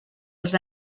els